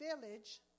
Village